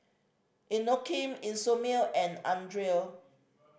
Inokim Isomil and Andre